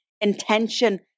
intention